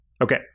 Okay